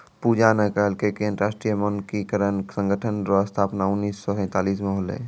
पूजा न कहलकै कि अन्तर्राष्ट्रीय मानकीकरण संगठन रो स्थापना उन्नीस सौ सैंतालीस म होलै